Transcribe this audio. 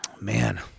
Man